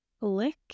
Lick